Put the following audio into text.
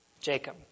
Jacob